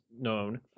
known